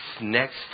next